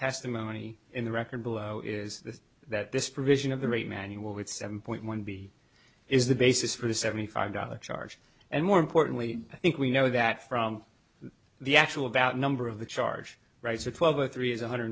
testimony in the record below is that this provision of the right manual with seven point one b is the basis for the seventy five dollars charge and more importantly i think we know that from the actual about number of the charge rights of twelve a three is one hundred